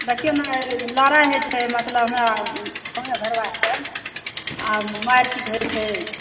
देखियौ ने लड़ाई होइ छै मतलब हमरा पानिभरबासे आ मारि पीट होइ छै